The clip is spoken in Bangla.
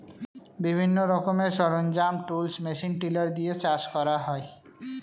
বিভিন্ন রকমের সরঞ্জাম, টুলস, মেশিন টিলার দিয়ে চাষ করা হয়